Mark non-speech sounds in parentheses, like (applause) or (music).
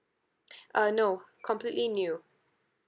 (breath) uh no completely new